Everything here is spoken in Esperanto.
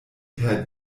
per